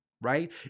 right